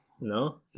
No